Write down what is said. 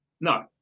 No